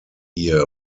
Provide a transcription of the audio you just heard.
year